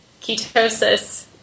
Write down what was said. ketosis